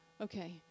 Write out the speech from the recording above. okay